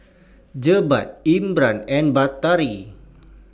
Jebat Imran and Batari